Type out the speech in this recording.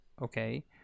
Okay